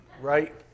right